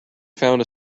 found